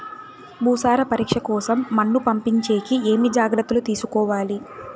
భూసార పరీక్ష కోసం మన్ను పంపించేకి ఏమి జాగ్రత్తలు తీసుకోవాలి?